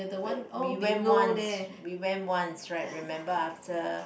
where we went once we went once right remember after